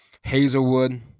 Hazelwood